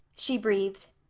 she breathed,